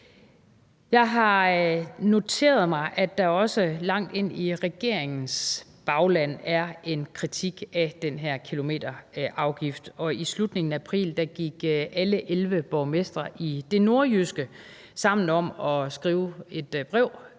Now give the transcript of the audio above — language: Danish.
Jeg har noteret mig, at der også langt ind i regeringens bagland er en kritik af den her kilometerafgift, og i slutningen af april gik alle 11 borgmestre i det nordjyske sammen om at skrive et brev